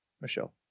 Michelle